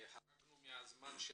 חרגנו מהזמן שלנו.